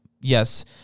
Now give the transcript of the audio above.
yes